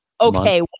Okay